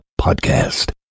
Podcast